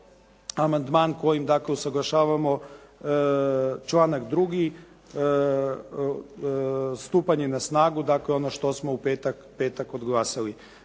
amandman kojim dakle, usuglašavamo članak 2. stupanje na snagu, dakle, ono što smo u petak odglasali.